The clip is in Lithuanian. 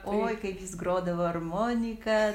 oi kaip jis grodavo armonika